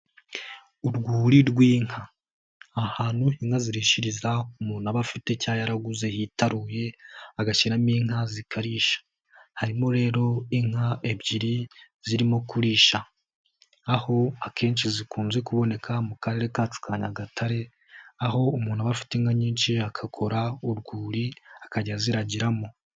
Urwuri rw'inka ahantu inka zirishirizaho umuntu aba afite cya yararaguze hitaruye agashyiramo inka zikarisha harimo rero inka ebyiri zirimo kurisha aho akenshi zikunze kuboneka mu karere kacu ka Nyagatare aho umuntu aba afite inka nyinshi agakora urwuri akajya aziraragiramo.